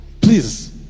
please